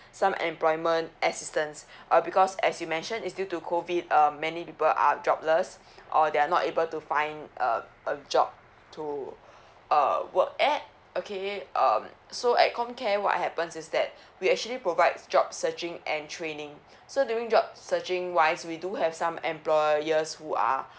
some employment assistance uh because as you mention is due to COVID um many people are jobless or they are not able to find uh a job to uh work at okay um so at com care what happens is that we actually provide job searching and training so during job searching wise we do have some employers who are